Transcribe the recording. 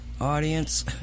audience